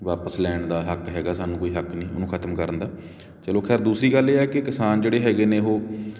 ਵਾਪਸ ਲੈਣ ਦਾ ਹੱਕ ਹੈਗਾ ਸਾਨੂੰ ਕੋਈ ਹੱਕ ਨਹੀਂ ਉਹਨੂੰ ਖ਼ਤਮ ਕਰਨ ਦਾ ਚਲੋ ਖੈਰ ਦੂਸਰੀ ਗੱਲ ਇਹ ਹੈ ਕਿ ਕਿਸਾਨ ਜਿਹੜੇ ਹੈਗੇ ਨੇ ਉਹ